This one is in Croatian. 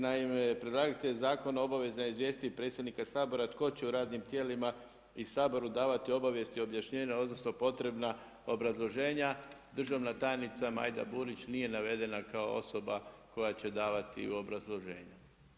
Naime, predlagatelj zakona obavezan je izvjesiti predsjednika Sabora, tko će radnim tijelima i Saboru davati obavijesti objašnjenje, odnosno, potrebna obrazloženja, državna tajnica Majda Burić, nije navedena kao osoba koja će davati u obrazloženju.